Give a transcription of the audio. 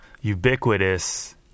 ubiquitous